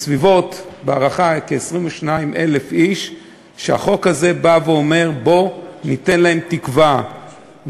יש בסביבות 22,000 איש שהחוק בא ואומר: ניתן להם תקווה,